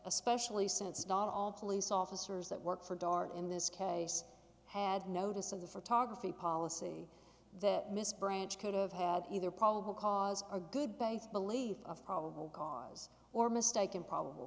especially since not all police officers that work for dart in this case had notice of the photography policy that miss branch could have had either probable cause or good banks believe of probable cause or mistaken probable